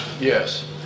Yes